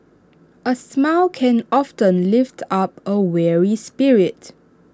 A smile can often lift up A weary spirit